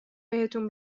بهتون